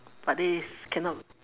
but this cannot